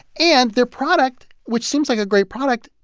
and their product, which seems like a great product,